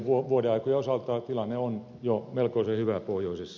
muiden vuodenaikojen osalta tilanne on jo melkoisen hyvä pohjoisessa